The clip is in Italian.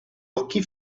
occhi